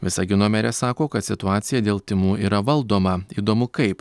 visagino merė sako kad situacija dėl tymų yra valdoma įdomu kaip